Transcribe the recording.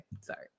sorry